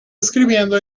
escribiendo